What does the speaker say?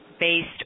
based